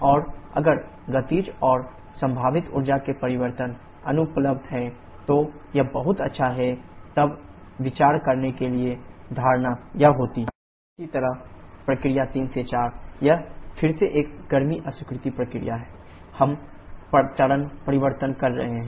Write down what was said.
और अगर गतिज और संभावित ऊर्जा में परिवर्तन अनुपलब्ध हैं तो यह बहुत अच्छा है तब विचार करने के लिए धारणा यह होती है ℎ2 − ℎ1 इसी तरह प्रक्रिया 3 4 यह फिर से एक गर्मी अस्वीकृति प्रक्रिया है हम चरण परिवर्तन कर रहे हैं